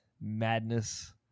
madness